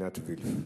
עינת וילף.